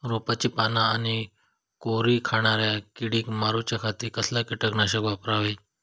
रोपाची पाना आनी कोवरी खाणाऱ्या किडीक मारूच्या खाती कसला किटकनाशक वापरावे?